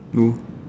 no